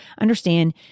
understand